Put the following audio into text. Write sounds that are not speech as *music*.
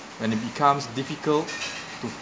when it becomes difficult *noise* to